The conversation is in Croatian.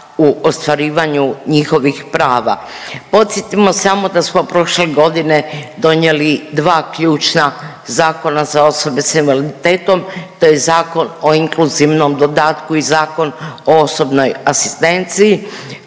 u ostvarivanju njihovih prava. Podsjetimo samo da smo prošle godine donijeli dva ključna zakona za osobe s invaliditetom to je Zakon o inkluzivnom dodatku i Zakon o osobnoj asistenciji